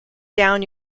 down